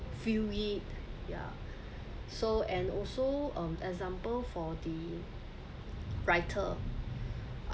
feel it ya so and also um example for the writer